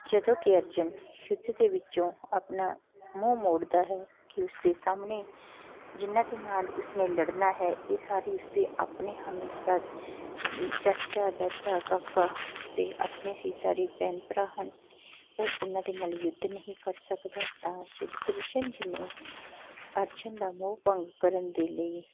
ਜਦੋਂ ਕਿ ਅਰਜਨ ਯੁੱਧ ਦੇ ਵਿੱਚੋਂ ਆਪਣਾ ਮੂੰਹ ਮੋੜਦਾ ਹੈ ਕਿ ਉਸ ਦੇ ਸਾਹਮਣੇ ਜਿਨ੍ਹਾਂ ਦੇ ਨਾਲ ਉਸਨੇ ਲੜਨਾ ਹੈ ਇਹ ਸਾਰੇ ਉਸਦੇ ਆਪਣੇ ਚਾਚਾ ਦਾਦਾ ਕਾਕਾ ਉਸਦੇ ਆਪਣੇ ਹੀ ਸਾਰੇ ਭੈਣ ਭਰਾ ਹਨ ਉਹ ਉਹਨਾਂ ਦੇ ਨਾਲ ਯੁੱਧ ਨਹੀਂ ਕਰ ਸਕਦਾ ਤਾਂ ਸ਼੍ਰੀ ਕ੍ਰਿਸ਼ਨ ਜੀ ਨੇ ਅਰਜਨ ਦਾ ਮੋਹ ਭੰਗ ਕਰਨ ਦੇ ਲਈ